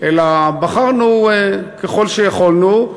אלא בחרנו ככל שיכולנו,